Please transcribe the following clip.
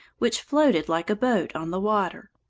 which floated like a boat on the water.